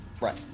Right